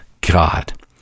God